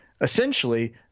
essentially